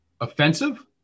offensive